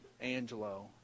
angelo